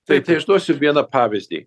tai tai išduosiu vieną pavyzdį